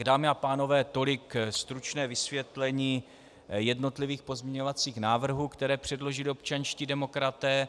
Dámy a pánové, tolik stručné vysvětlení jednotlivých pozměňovacích návrhů, které předložili občanští demokraté.